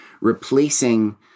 replacing